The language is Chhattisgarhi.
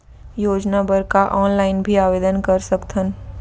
योजना बर का ऑनलाइन भी आवेदन कर सकथन?